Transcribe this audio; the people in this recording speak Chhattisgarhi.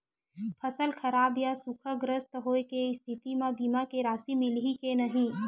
फसल खराब या सूखाग्रस्त होय के स्थिति म बीमा के राशि मिलही के नही?